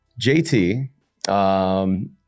JT